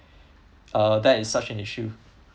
uh that is such an issue